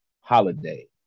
holiday